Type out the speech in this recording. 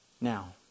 Now